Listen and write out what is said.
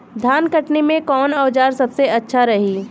धान कटनी मे कौन औज़ार सबसे अच्छा रही?